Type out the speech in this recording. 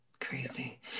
Crazy